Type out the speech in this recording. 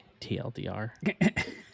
TLDR